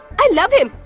i love him.